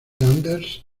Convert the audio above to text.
anders